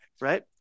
Right